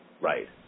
Right